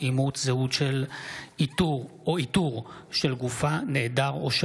11 בעד, אין מתנגדים, אין נמנעים.